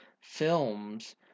films